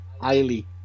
highly